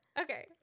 Okay